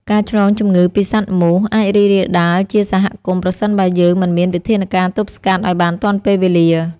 ការឆ្លងជំងឺពីសត្វមូសអាចរីករាលដាលជាសហគមន៍ប្រសិនបើយើងមិនមានវិធានការទប់ស្កាត់ឱ្យបានទាន់ពេលវេលា។